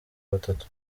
batatu